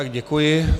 Děkuji.